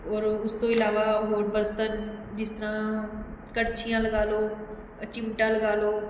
ਔਰ ਉਸ ਤੋਂ ਇਲਾਵਾ ਹੋਰ ਬਰਤਨ ਜਿਸ ਤਰ੍ਹਾਂ ਕੜਛੀਆਂ ਲਗਾ ਲਉ ਚਿਮਟਾ ਲਗਾ ਲਉ